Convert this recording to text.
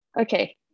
Okay